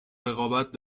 رقابت